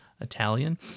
Italian